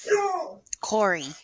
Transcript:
Corey